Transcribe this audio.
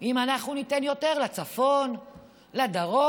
אם אנחנו ניתן יותר לצפון, לדרום,